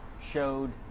showed